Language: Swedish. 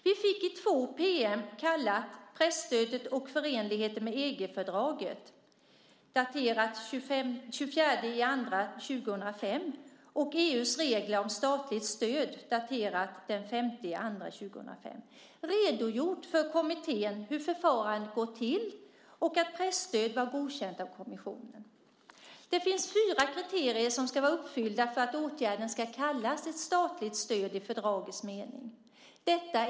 Vi fick i två pm kallade Presstödet och förenligheten med EG-fördraget , daterat den 24 februari 2005, och EU:s regler om statligt stöd , daterat den 5 februari 2005, redogjort för kommittén hur förfarandet går till och att presstöd var godkänt av kommissionen. Det finns enligt pm:et fyra kriterier som ska vara uppfyllda för att åtgärden ska kallas ett statligt stöd i fördragets mening.